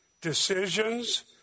decisions